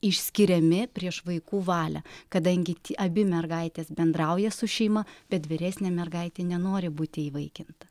išskiriami prieš vaikų valią kadangi abi mergaitės bendrauja su šeima bet vyresnė mergaitė nenori būti įvaikinta